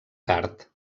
card